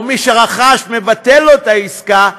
או מי שרכש מבטל את העסקה,